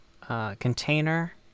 container